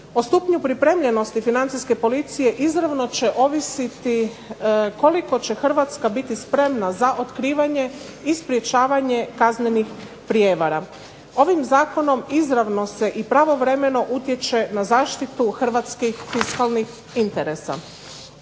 O stupnju pripremljenosti Financijske policije izravno će ovisiti koliko će Hrvatska biti spremna za otkrivanje i sprječavanje kaznenih prijevara. Ovim zakonom izravno se i pravovremeno utječe na zaštitu hrvatskih fiskalnih interesa.